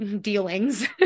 dealings